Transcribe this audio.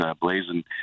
blazing